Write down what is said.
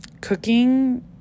cooking